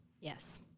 Yes